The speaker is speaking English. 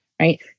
right